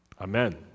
amen